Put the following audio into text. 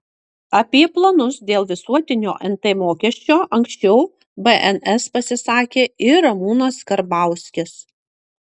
apie planus dėl visuotinio nt mokesčio anksčiau bns pasisakė ir ramūnas karbauskis